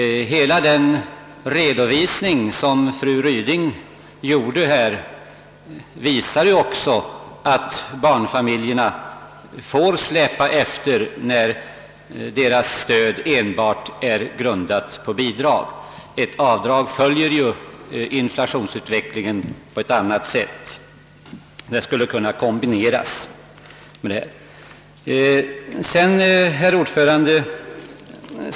Hela fru Rydings redovisning visar ju också, att barnfamiljerna åsamkas en eftersläpning när deras stöd endast grundas på bidrag. Ett avdrag följer nu inflationsutvecklingen på ett annat sätt. Här skulle en kombination kunna 'ske.